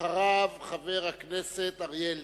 אחריו, חבר הכנסת אריה אלדד.